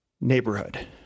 neighborhood